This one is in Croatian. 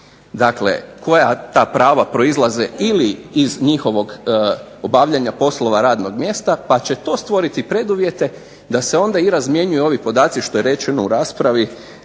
Dakle, koja ta prava proizlaze iz njihovog obavljanja poslova radnog mjesta pa će to stvoriti preduvjete da se razmjenjuju ovi podaci što je rečeno u raspravi